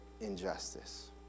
injustice